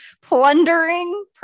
plundering